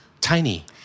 Tiny